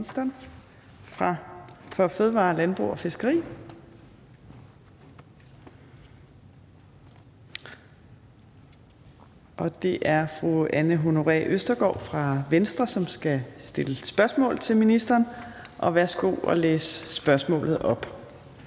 for fødevarer, landbrug og fiskeri, og det er fru Anne Honoré Østergaard fra Venstre, som skal stille spørgsmål til ministeren. Kl. 14:45 Spm. nr.